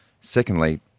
Secondly